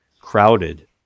crowded